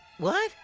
what?